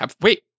Wait